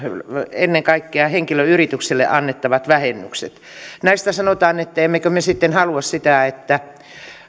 ennen kaikkea henkilöyrityksille annettavat vähennykset näistä sanotaan että emmekö me sitten halua sitä että